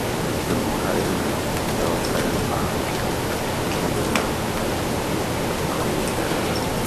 Mu se nu hairina, to o hairi ma ŋunu beza. a o yihɛra.